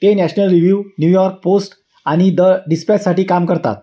ते national review New York post आणि the डिस्पॅचसाठी काम करतात